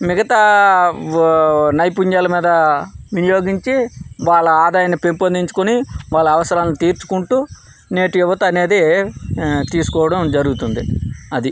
మిగతా నైపుణ్యాల మీద వినియోగించి వాళ్ళ ఆదాయాన్ని పెంపొందించుకుని వాళ్ళ అవసరాన్ని తీర్చుకుంటూ నేటి యువత అనేది తీసుకోవడం జరుగుతుంది అది